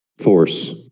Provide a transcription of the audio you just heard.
Force